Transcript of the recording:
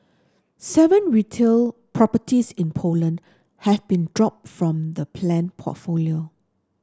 seven retail properties in Poland have been dropped from the planned portfolio